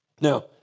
Now